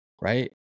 right